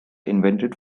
invented